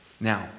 Now